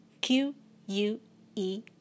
Q-U-E